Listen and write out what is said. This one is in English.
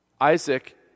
Isaac